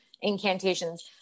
incantations